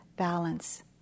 balance